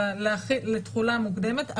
אלא לתחולה מוקדמת,